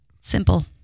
simple